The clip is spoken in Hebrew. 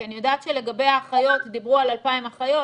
כי אני יודעת שלגבי האחיות דיברו על 2,000 אחיות,